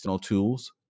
tools